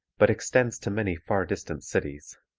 but extends to many far distant cities.